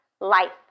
life